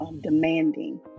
demanding